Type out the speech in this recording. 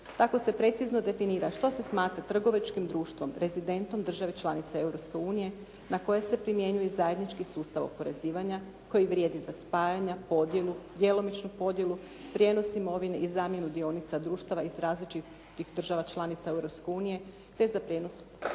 Tako se precizno definira što se smatra trgovačkim društvo rezidentom države članice Europske unije na koje se primjenjuje i zajednički sustav oporezivanja koji vrijedi za spajanja, podjelu, djelomično podjelu, prijenos imovine i zamjenu dionica društava iz različitih država članica Europske unije